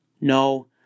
No